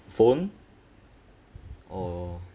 phone or